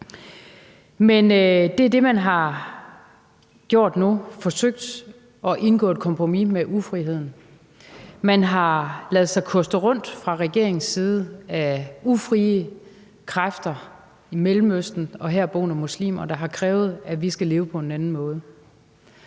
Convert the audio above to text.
Men det er det, man har gjort nu; man har forsøgt at indgå et kompromis med ufriheden. Man har fra regeringens side ladet sig koste rundt af ufrie kræfter i Mellemøsten og herboende muslimer, der har krævet, at vi skal leve på en anden måde.